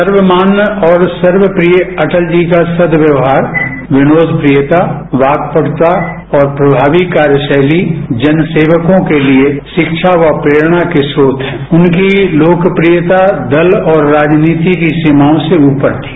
सर्वमान्य और सर्वप्रिय अटल जी का सद्दयवहार विनोदप्रियता वागपटुता और प्रभावी कार्यशैली जनसेवकों के लिए शिक्षा व प्रेरणा के स्रोत उनकी लोकप्रियता दल राजनीति की सीमाओं से ऊपर थी